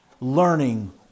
learning